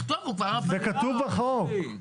זה כתוב בחוק.